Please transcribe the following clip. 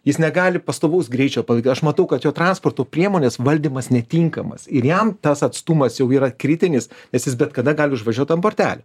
jis negali pastovaus greičio palaik aš matau kad jo transporto priemonės valdymas netinkamas ir jam tas atstumas jau yra kritinis nes jis bet kada gali užvažiuot ant bortelio